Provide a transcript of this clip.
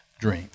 dream